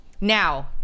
now